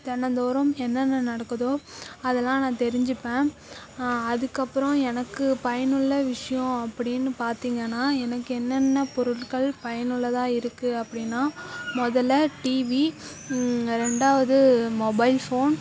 தினந்தோறும் என்னென்ன நடக்குதோ அதெலாம் நான் தெரிஞ்சிப்பேன் அதுக்கப்புறம் எனக்கு பயனுள்ள விஷயோம் அப்படினு பார்த்திங்கன்னா எனக்கு என்னென்ன பொருட்கள் பயனுள்ளதாக இருக்குது அப்படினா முதல்ல டிவி ரெண்டாவது மொபைல் ஃபோன்